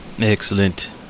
Excellent